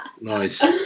Nice